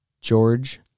George